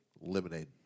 lemonade